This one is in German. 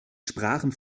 sprachen